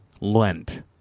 Lent